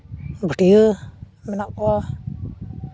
ᱵᱷᱟᱹᱴᱭᱟᱹ ᱢᱮᱱᱟᱜ ᱠᱚᱣᱟ